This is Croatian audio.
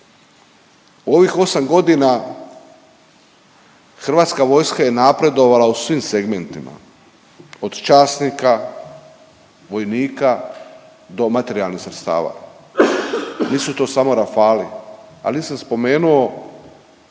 U ovih 8 godina Hrvatska vojska je napredovala u svim segmentima, od časnika, vojnika do materijalnih sredstava. Nisu to samo Rafalei, ali nisam spomenuo,